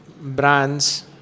brands